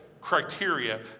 criteria